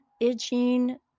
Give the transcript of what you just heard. itching